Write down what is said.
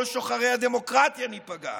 כל שוחרי הדמוקרטיה ניפגע.